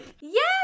Yes